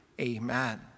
Amen